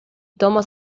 thomas